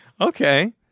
Okay